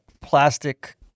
plastic